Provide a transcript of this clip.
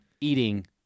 eating